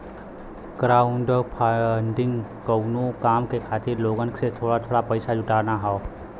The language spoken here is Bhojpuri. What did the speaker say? क्राउडफंडिंग कउनो काम के खातिर लोगन से थोड़ा थोड़ा पइसा जुटाना हौ